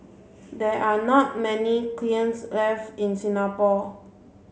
there are not many kilns left in Singapore